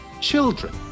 children